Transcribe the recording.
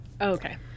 okay